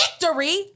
victory